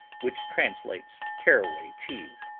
which translates caraway cheese.